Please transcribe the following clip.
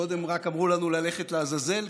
קודם רק אמרו לנו ללכת לעזאזל,